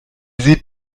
sieht